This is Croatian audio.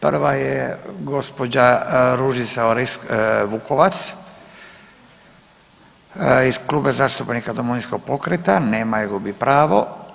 Prva je gospođa Ružica Vukovac iz Kluba zastupnika Domovinskog pokreta, nema je, gubi pravo.